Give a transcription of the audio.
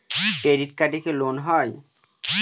Credit কার্ডে কি loan হয়?